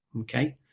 Okay